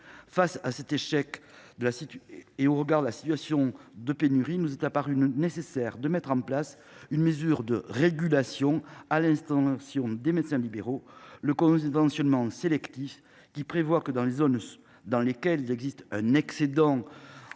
Face à cet échec, et au regard de la situation de pénurie dans notre pays, il nous est apparu nécessaire de mettre en place une mesure de régulation à l’installation des médecins libéraux : le conventionnement sélectif, qui prévoit que dans les zones où existe un excédent